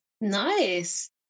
Nice